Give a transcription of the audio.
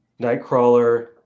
Nightcrawler